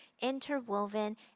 interwoven